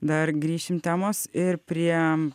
dar grįšim temos ir prie